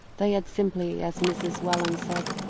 they had simply, as mrs. welland said,